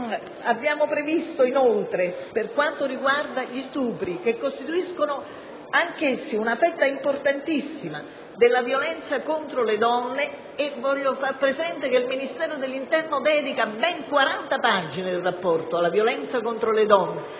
Abbiamo previsto inoltre, per quanto riguarda gli stupri, che costituiscono anch'essi una fetta importantissima della violenza contro le donne, (faccio presente che il Ministero dell'interno dedica ben 40 pagine del rapporto alla violenza contro le donne,